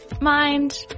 mind